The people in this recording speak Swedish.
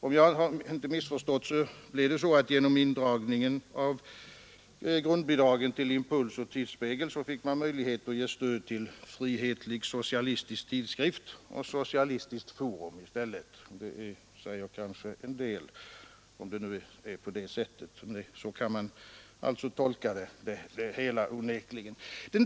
Om jag inte missförstått det hela blev det så att man genom indragningen av grundbidragen till tidskrifterna Impuls och Tidsspegel fick möjlighet att i stället ge stöd till Frihetlig Socialistisk Tidskrift och Socialistiskt Forum. Det säger kanske en hel del, om det nu förhåller sig på detta sätt. Saken kan dock onekligen tolkas så.